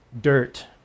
dirt